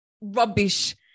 rubbish